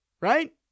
right